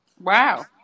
Wow